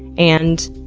and,